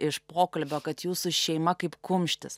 iš pokalbio kad jūsų šeima kaip kumštis